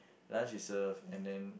lunch is served and then